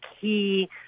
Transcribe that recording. key